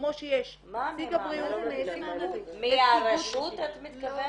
כמו שיש- -- מה --- מהרשות את מתכוונת?